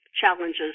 challenges